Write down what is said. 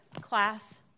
class